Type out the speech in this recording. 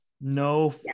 no